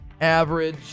average